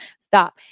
stop